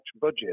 budget